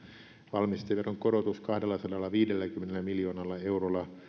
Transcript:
valmisteveron korotus kahdellasadallaviidelläkymmenellä miljoonalla eurolla